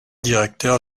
directeur